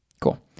cool